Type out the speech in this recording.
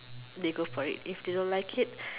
they go for it if they don't like it